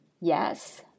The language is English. Yes